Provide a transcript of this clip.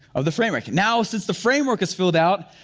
of the frame work. now, since the frame work is filled out,